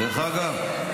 דרך אגב,